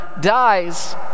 dies